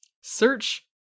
Search